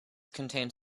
contained